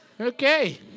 Okay